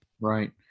Right